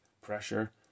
pressure